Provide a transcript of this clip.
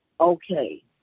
okay